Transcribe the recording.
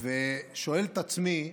ושואל את עצמי: